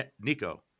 Nico